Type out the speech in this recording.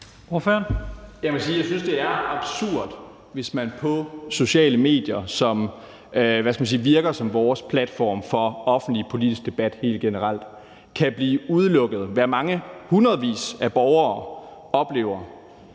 jeg synes, at det er absurd, hvis man på sociale medier, som virker som vores platform for offentlig politisk debat helt generelt, kan blive udelukket, hvilket mange hundredvis af borgere oplever